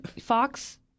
Fox